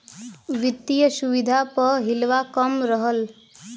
वित्तिय सुविधा प हिलवा कम रहल